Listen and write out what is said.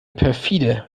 perfide